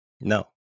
No